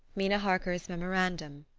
mina harker's memorandum.